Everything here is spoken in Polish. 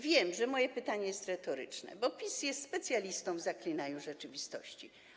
Wiem, że moje pytanie jest retoryczne, bo PiS jest specjalistą w zaklinaniu rzeczywistości.